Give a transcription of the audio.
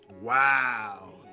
Wow